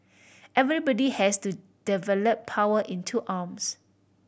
everybody has to develop power in two arms